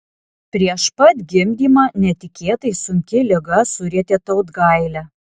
prieš pat gimdymą netikėtai sunki liga surietė tautgailę